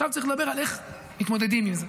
עכשיו צריך לדבר על איך מתמודדים עם זה.